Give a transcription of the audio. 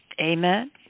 Amen